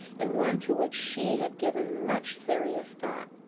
and one to which she had given much serious thought,